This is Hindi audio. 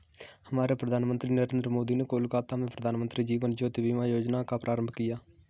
हमारे प्रधानमंत्री नरेंद्र मोदी ने कोलकाता में प्रधानमंत्री जीवन ज्योति बीमा योजना का प्रारंभ किया